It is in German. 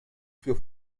für